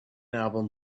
album